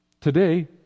Today